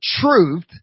truth